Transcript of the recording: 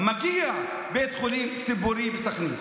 מגיע בית חולים בסח'נין.